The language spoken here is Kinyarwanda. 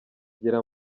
gira